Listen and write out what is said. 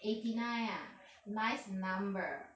eighty nine ah nice number